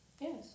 Yes